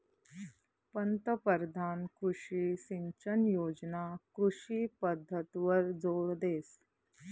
पंतपरधान कृषी सिंचन योजना कृषी पद्धतवर जोर देस